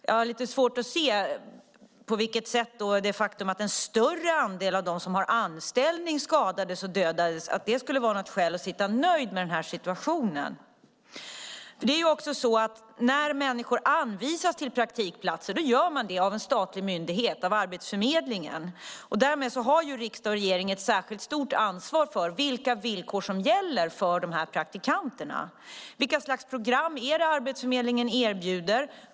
Jag har lite svårt att se att det faktum att det var en större andel av dem som har anställning som skadades och dödades skulle vara något skäl för att känna sig nöjd med situationen. När människor blir anvisade till en praktikplats blir de det av en statlig myndighet, av Arbetsförmedlingen. Därmed har riksdag och regering ett särskilt stort ansvar för vilka villkor som gäller för praktikanterna. Vilka slags program är det Arbetsförmedlingen erbjuder?